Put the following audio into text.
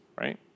right